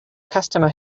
customer